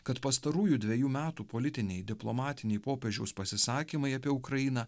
kad pastarųjų dvejų metų politiniai diplomatiniai popiežiaus pasisakymai apie ukrainą